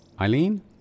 Eileen